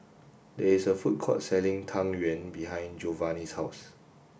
there is a food court selling Tang Yuen behind Jovanni's house